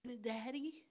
Daddy